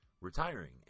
retiring